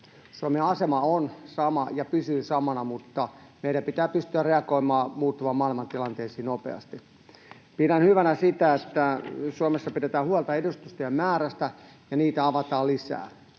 Suomen asema on sama ja pysyy samana, mutta meidän pitää pystyä reagoimaan muuttuvan maailman tilanteisiin nopeasti. Pidän hyvänä sitä, että Suomessa pidetään huolta edustustojen määrästä ja niitä avataan lisää.